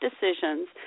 decisions